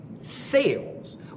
sales